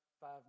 five